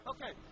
Okay